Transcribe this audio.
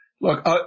Look